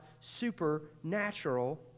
supernatural